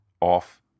off